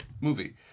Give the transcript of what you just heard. movie